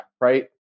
Right